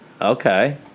Okay